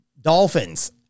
Dolphins